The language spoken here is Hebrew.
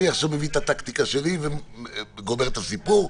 אני עכשיו מביא את הטקטיקה שלי וגומר את הסיפור,